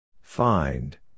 Find